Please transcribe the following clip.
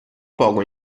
poco